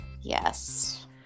Yes